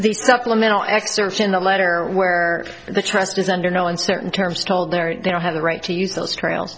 the supplemental extortion the letter where the trust is under no uncertain terms told there they don't have the right to use those trail